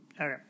Okay